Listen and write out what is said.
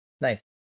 Nice